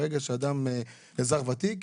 ברגע שאדם אזרח ותיק,